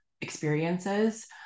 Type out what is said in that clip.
experiences